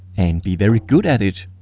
and be very good at it.